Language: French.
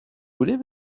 voulez